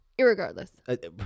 Irregardless